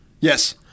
Yes